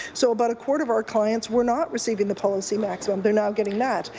so about a quarter of our clients were not receiving the policy maximum. they're now getting that.